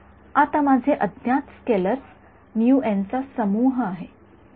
आता माझे अज्ञात स्केलेर्स म्युएन चा समूह आहे